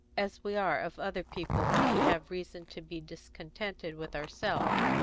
as we are of other people when we have reason to be discontented with ourselves.